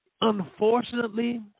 unfortunately